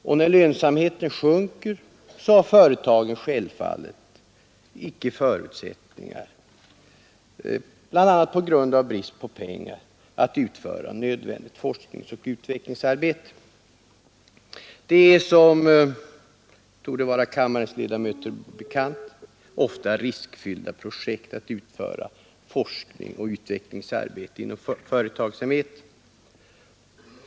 Och när lönsamheten sjunker har företagen självfallet icke förutsättningar, bl.a. på grund av brist på pengar, att utföra nödvändigt forskningsoch utvecklingsarbete. Det är, vilket torde vara kammarens ledamöter bekant, ofta riskfyllda projekt att utföra forskning och utvecklingsarbete inom företagsamheten.